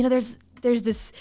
know, there's there's this.